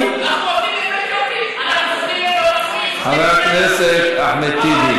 אנחנו, חבר הכנסת אחמד טיבי.